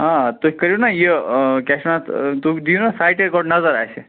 آ تُہۍ کٔرِو نا یہِ کیٛاہ چھِ وَنان اتھ تُہۍ دِیو نا سایِٹہِ حظ گۄڈٕ نظر اَسہِ